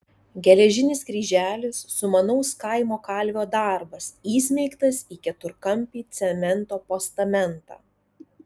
geležinis kryželis sumanaus kaimo kalvio darbas įsmeigtas į keturkampį cemento postamentą